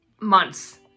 months